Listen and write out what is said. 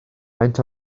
faint